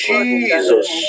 Jesus